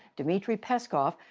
dmitry peskov,